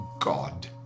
God